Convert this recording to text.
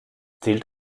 zählt